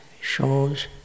shows